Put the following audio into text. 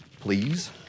Please